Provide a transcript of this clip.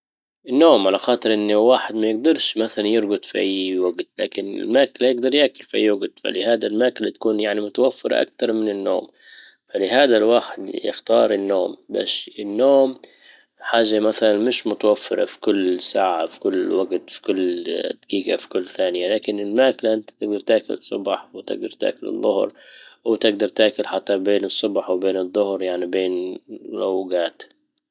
النوم على خاطر ان الواحد ما يجدرش مثلا يرجد في اي وجت. لكن الماكلة لا يجدر ياكل في اي وقت، فلهذا الماكلة تكون يعني متوفرة اكتر من النوم، فلهذا الواحد يختار النوم باش النوم حاجة مثلا مش متوفرة في كل ساعة في كل وجت في كل دجيجة فى كل ثانية. لكن الماكلة انت تجدر تاكل الصبح وتجدر تاكل الظهر وتجدر تاكل حتى بين الصبح وبين الظهر يعني بين الاوقات.